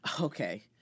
Okay